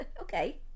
Okay